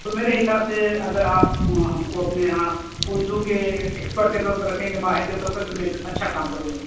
تو میرے حساب سے اگر آپ ہم کو اپنے یہاں اردو کے اکسپرٹ کے طور پہ رکھیں گے ماہر کے طور پہ تو میں ایک اچھا کام کروں گا